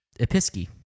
Episky